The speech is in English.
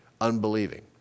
unbelieving